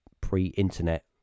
pre-internet